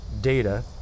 data